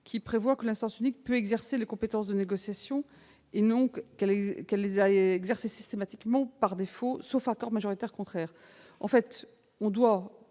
lequel prévoit que l'instance unique peut exercer les compétences de négociation, et non qu'elles les exercent systématiquement par défaut, sauf accord majoritaire contraire. À travers